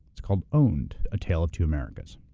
it's called owned a tale of two americas.